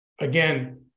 again